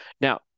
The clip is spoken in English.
Now